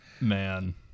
Man